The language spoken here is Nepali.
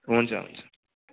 हुन्छ हुन्छ